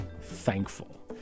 thankful